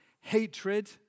hatred